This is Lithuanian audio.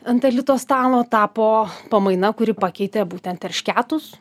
ant elito stalo tapo pamaina kuri pakeitė būtent eršketus